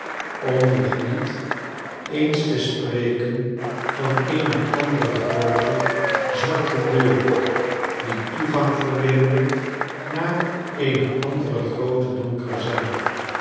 om nog niet eens te spreken van eene andere groote zwarte deur die toegang verleende naar eene andere groote donkere zaal